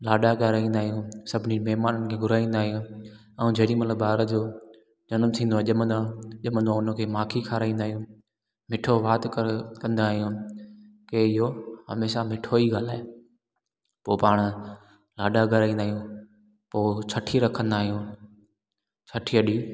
लाॾा ॻाराईंदा आहियूं सभिनी महिमान खे घुराईंदा आहियूं ऐं जेॾी महिल ॿार जो जनमु थींदो आहे ॼमंदो आहे ॼमंदो आहे हुनखे माखी खाराईंदा आहियूं मिठो वात कं कंदा आहियूं की इहो हमेशह मिठो ई ॻाल्हाए पोइ पाणि लाॾा ॻाराईंदा आहियूं पोइ छठी रखंदा आहियूं छठीअ ॾींहं